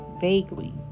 vaguely